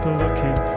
looking